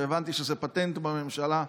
והבנתי שזה פטנט בממשלה,